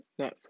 Netflix